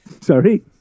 Sorry